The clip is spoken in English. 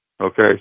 okay